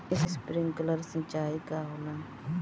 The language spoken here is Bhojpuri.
स्प्रिंकलर सिंचाई का होला?